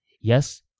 Yes